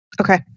Okay